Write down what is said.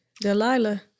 Delilah